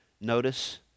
Notice